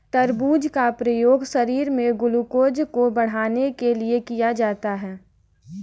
तरबूज का प्रयोग शरीर में ग्लूकोज़ को बढ़ाने के लिए किया जाता है